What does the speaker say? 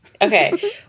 Okay